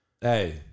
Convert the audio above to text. Hey